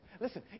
Listen